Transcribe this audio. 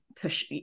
push